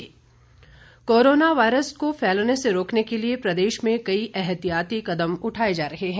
corona virus corona virus को फैलने से रोकने के लिए प्रदेश में कई एहतियाती कदम उठाए जा रहे हैं